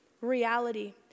reality